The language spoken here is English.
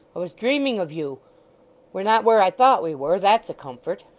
i was dreaming of you we're not where i thought we were. that's a comfort